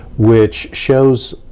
which shows,